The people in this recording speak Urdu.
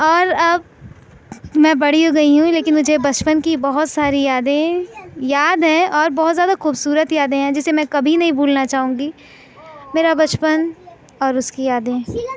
اور اب میں بڑی ہو گئی ہوں لیکن مجھے بچپن کی بہت ساری یادیں یاد ہیں اور بہت زیادہ خوبصورت یادیں ہیں جسے میں کبھی نہیں بھولنا چاہوں گی میرا بچپن اور اس کی یادیں